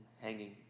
hanging